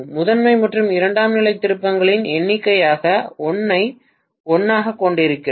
முதன்மை மற்றும் இரண்டாம் நிலை திருப்பங்களின் எண்ணிக்கையாக 1 ஐ 1 ஆகக் கொண்டிருக்கிறோம்